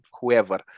whoever